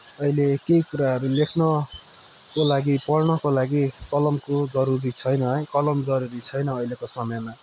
अहिले केही कुराहरू लेख्नको लागि पढ्नको लागि कलमको जरुरी छैन है कलम जरुरी छैन अहिलेको समयमा